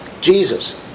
Jesus